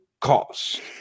cost